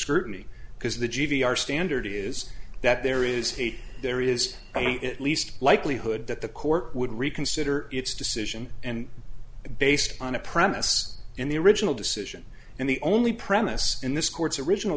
scrutiny because the g v our standard is that there is he there is at least likelihood that the court would reconsider its decision and based on a premise in the original decision and the only premise in this court's original